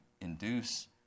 induce